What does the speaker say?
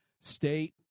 state